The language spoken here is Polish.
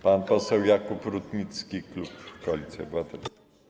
Pan poseł Jakub Rutnicki, klub Koalicji Obywatelskiej.